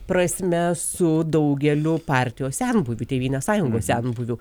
prasme su daugeliu partijos senbuvių tėvynės sąjungos senbuvių